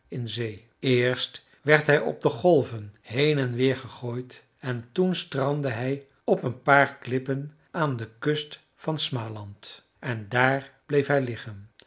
in zee eerst werd hij op de golven heen en weer gegooid en toen strandde hij op een paar klippen aan de kust van smaland en daar bleef hij